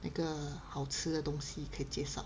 哪一个好吃的东西可以介绍